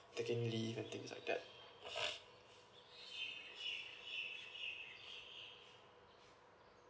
taking leave and things like that